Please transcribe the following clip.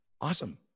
awesome